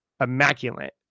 immaculate